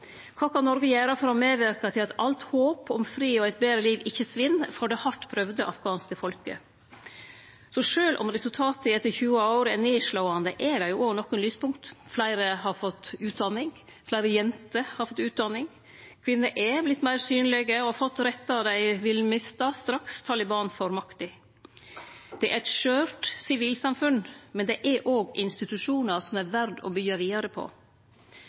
Kva kan Noreg gjere for å medverke til at alt håp om fred og eit betre liv ikkje svinn for det hardt prøvde afghanske folket? Sjølv om resultata etter 20 år er nedslåande, er det òg nokre lyspunkt: Fleire har fått utdanning, fleire jenter har fått utdanning, kvinner er vortne meir synlege og har fått rettar dei vil mista straks Taliban får makta. Det er eit skjørt sivilsamfunn, men det er òg institusjonar som er verde å byggje vidare på.